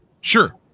Sure